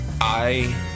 I-